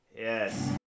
Yes